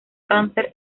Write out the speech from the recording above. cáncer